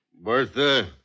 Bertha